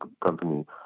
company